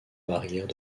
barrières